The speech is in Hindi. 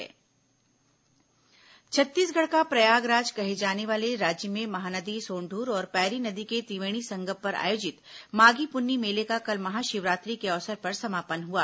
माघी पुन्नी मेला समापन छत्तीसगढ़ का प्रयागराज कहे जाने वाले राजिम में महानदी सोंढूर और पैरी नदी के त्रिवेणी संगम पर आयोजित माधी पुन्नी मेले का कल महाशिवरात्रि के अवसर पर समापन हुआ